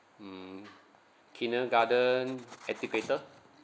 mm kindergarten educator